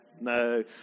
no